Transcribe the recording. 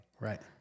Right